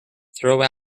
throw